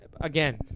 Again